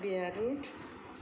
बियरूट